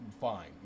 fine